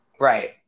right